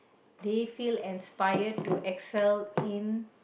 they feel inspired to excel in